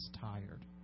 tired